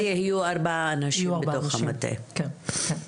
אז יהיו ארבעה אנשים בתוך המטה, כן.